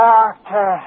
Doctor